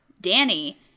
Danny